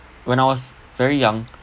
when I was very young